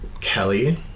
Kelly